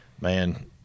Man